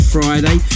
Friday